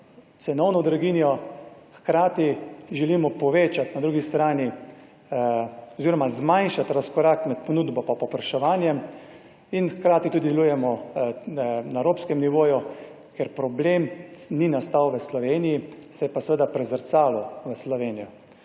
cenovno draginjo, hkrati želimo povečati na drugi strani oziroma zmanjšati razkorak med ponudbo pa povpraševanjem in hkrati tudi delujemo na evropskem nivoju, ker problem ni nastal v Sloveniji. Se je pa seveda prezrcalil v Slovenijo.